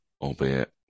albeit